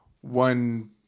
one